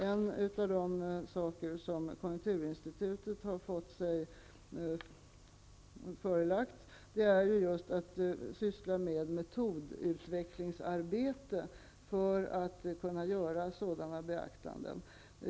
En av de saker som Konjunkturinstitutet har fått sig förelagt är just att bedriva metodutvecklingsarbete för att kunna göra sådana överväganden.